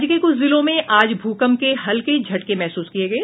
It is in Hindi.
राज्य के कुछ जिलों में आज भूकम्प के हल्के झटके महसूस किए गए